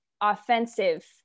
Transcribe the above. offensive